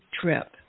trip